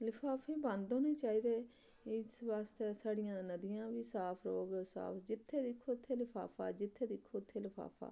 लफाफे बंद होने चाहिदे इस बास्तै साढ़ियां नदियां बी साफ रौह्ग साफ जित्थै दिक्खो उत्थै लफाफा जित्थै दिक्खो उत्थै लफाफा